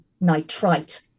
nitrite